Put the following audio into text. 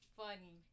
funny